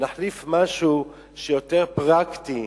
להחליף, משהו שהוא יותר פרקטי.